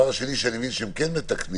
שהם עושים